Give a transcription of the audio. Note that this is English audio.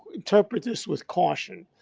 interpret this with caution.